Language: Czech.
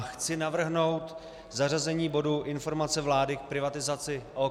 Chci navrhnout zařazení bodu Informace vlády k privatizaci OKD.